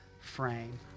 frame